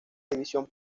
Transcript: división